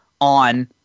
on